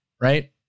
right